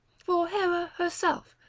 for hera herself,